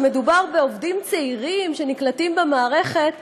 שמדובר בעובדים צעירים שנקלטים במערכת לא,